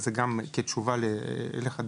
זו גם תשובה אליך,